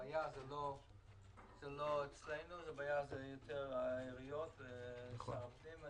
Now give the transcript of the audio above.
הבעיה לא אצלנו, היא יותר בעיריות ואצל שר הפנים.